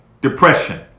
depression